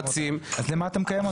אז למה אתה מקיים אותם?